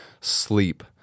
sleep